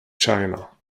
china